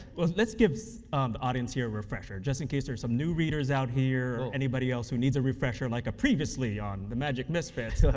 well, let's give um the audience hear a refresher, just in case there's some new readers out here, and anybody else who needs a refresher like previously on the magic misfits,